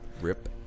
Rip